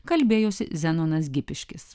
kalbėjosi zenonas gipiškis